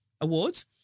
Awards